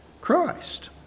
Christ